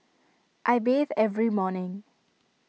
I bathe every morning